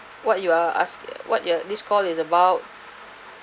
what you are ask what ya this call is about